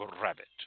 rabbit